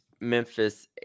Memphis